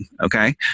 okay